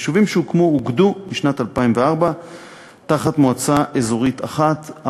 היישובים שהוקמו אוגדו בשנת 2004 תחת מועצה אזורית אחת,